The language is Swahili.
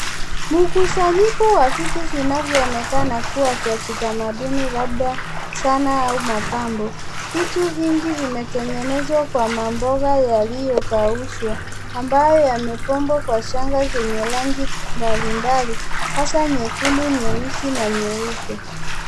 Mkusanyiko wa vitu vinavyoonekana kuwa vya kitamaduni labda sanaa au mapambo, vitu vingi vimetengenezwa kwa mamboga yaliyokaushwa ambayo yamepambwa kwa shanga zenye rangi mbali mbali hasaa nyekundu, nyeusi na nyeupe.